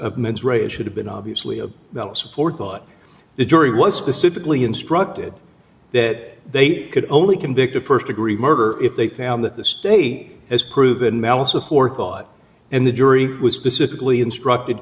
rea should have been obviously of bella's for thought the jury was specifically instructed that they could only convict a first degree murder if they found that the state has proven malice of forethought and the jury was specifically instructed